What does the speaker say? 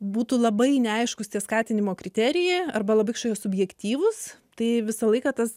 būtų labai neaiškūs tie skatinimo kriterijai arba labai kažkokie subjektyvūs tai visą laiką tas